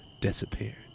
disappeared